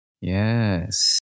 yes